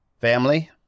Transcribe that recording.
Family